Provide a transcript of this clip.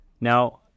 now